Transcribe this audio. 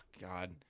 God